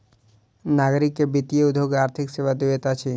नागरिक के वित्तीय उद्योग आर्थिक सेवा दैत अछि